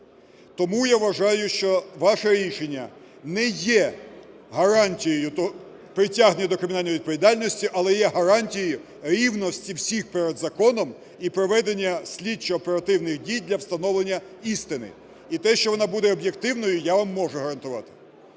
Тому я вважаю, що ваше рішення не є гарантією притягнення до кримінальної відповідальності, але є гарантією рівності всіх перед законом і проведення слідчо-оперативних дій для встановлення істини. І те, що вона буде об'єктивною, я вам можу гарантувати.